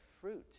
fruit